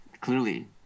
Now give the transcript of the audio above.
clearly